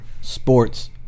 sports